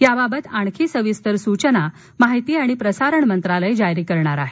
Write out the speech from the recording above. याबाबत आणखी सविस्तर सुचनामाहिती आणि प्रसारण मंत्रालय जारी करणार आहे